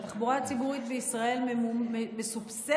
שהתחבורה הציבורית בישראל מסובסדת,